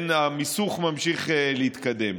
המיסוך ממשיך להתקדם,